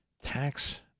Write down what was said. tax